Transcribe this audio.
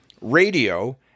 radio